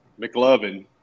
McLovin